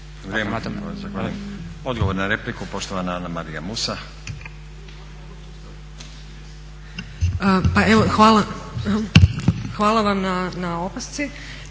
Odgovor na repliku, poštovana Ana-Marija Musa. **Musa, Anamarija**